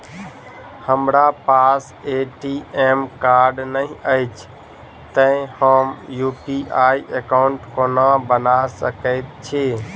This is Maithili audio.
हमरा पास ए.टी.एम कार्ड नहि अछि तए हम यु.पी.आई एकॉउन्ट कोना बना सकैत छी